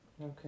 Okay